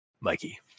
Mikey